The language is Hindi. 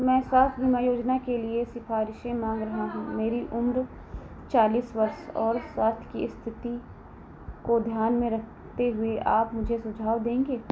मैं स्वास्थ्य बीमा योजना के लिए सिफारिशें माँग रहा हूँ मेरी उम्र चालीस वर्ष और स्वास्थ्य की इस्थिति को ध्यान में रखते हुए आप मुझे सुझाव देंगे